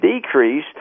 decrease